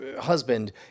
husband